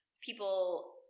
people